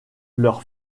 leur